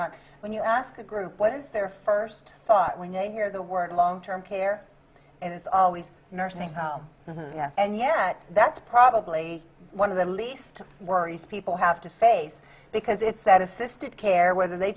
when you ask a group what is their first thought when you hear the word long term care and it's always nursing and yet that's probably one of the least worries people have to face because it's that assisted care whether they